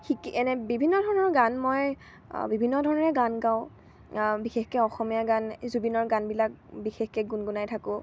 শিকি এনে বিভিন্ন ধৰণৰ গান মই বিভিন্ন ধৰণে গান গাওঁ বিশেষকে অসমীয়া গান জুবিনৰ গানবিলাক বিশেষকে গুণগুনাই থাকোঁ